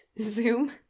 Zoom